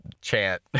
chant